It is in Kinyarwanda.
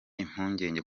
impungenge